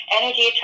energy